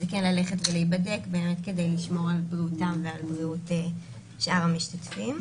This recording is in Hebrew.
כן ללכת ולהיבדק כד לשמור על בריאותם ועל בריאות שאר המשתתפים.